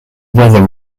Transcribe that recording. weather